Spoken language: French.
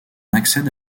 accède